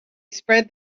spread